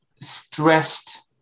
stressed